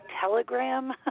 telegram